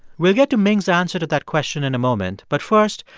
we'll get to ming's answer to that question in a moment. but first,